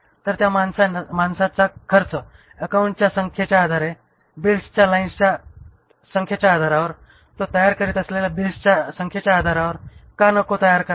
तर त्या माणसाचा खर्च अकाउंट्सच्या संख्येच्या आधारे बिल्सच्या लाईनच्या संख्येच्या आधारावर तो तयार करीत असलेल्या बिलेच्या संख्येच्या आधारावर का नको तयार करावा